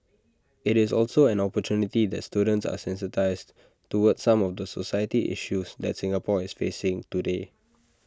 IT is also an opportunity that students are sensitised towards some of the society issues that Singapore is facing today